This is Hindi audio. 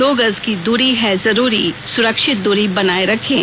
दो गज की दूरी है जरूरी सुरक्षित दूरी बनाए रखें